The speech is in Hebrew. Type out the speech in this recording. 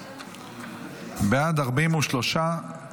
בעד, 43,